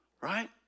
right